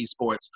esports